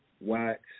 Wax